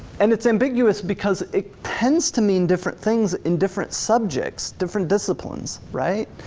and it's ambiguous because it tends to mean different things in different subjects, different disciplines, right?